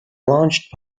launched